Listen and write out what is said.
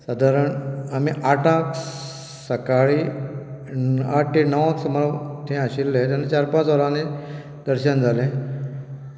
सादारण आमी आठांक सकाळीं आठ ते णवांक सुमार थंय आशिल्ले आनी चार पांच वरांनी दर्शन जालें